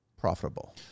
profitable